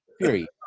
Period